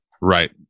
right